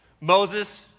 Moses